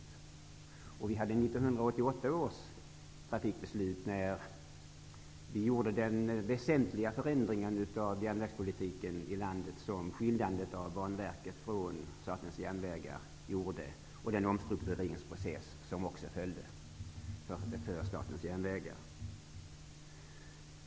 I samband med 1988 års trafikbeslut gjordes den väsentliga förändringen av järnvägspolitiken i landet som skiljandet av Banverket från Statens järnvägar innebar och den omstruktureringsprocess som också följde för Statens järnvägar.